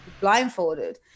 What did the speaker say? blindfolded